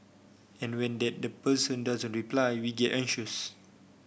and when that the person doesn't reply we get anxious